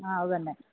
ആ അതുതന്നെ